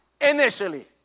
initially